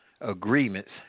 Agreements